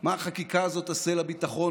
מה החקיקה הזאת תעשה לביטחון,